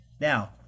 Now